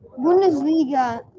Bundesliga